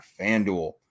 FanDuel